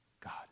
God